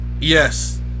Yes